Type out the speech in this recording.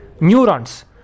Neurons